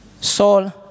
soul